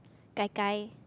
Gai-Gai